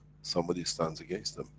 somebody stands against them.